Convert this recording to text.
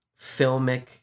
filmic